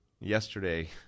Yesterday